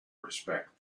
respect